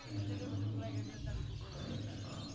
ꯀꯔꯤꯒꯨꯝꯕ ꯑꯩꯈꯣꯏꯗ